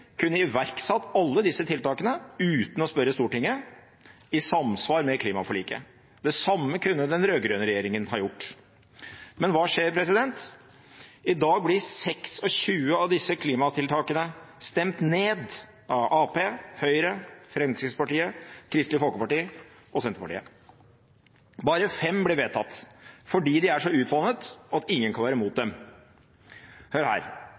kunne iverksatt alle disse tiltakene, uten å spørre Stortinget, i samsvar med klimaforliket. Det samme kunne den rød-grønne regjeringen ha gjort. Men hva skjer? I dag blir 26 av disse klimatiltakene stemt ned av Arbeiderpartiet, Høyre, Fremskrittspartiet, Kristelig Folkeparti og Senterpartiet. Bare fem blir vedtatt, fordi de er så utvannet at ingen kan være imot dem. Hør her: